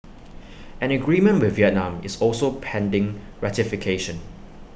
an agreement with Vietnam is also pending ratification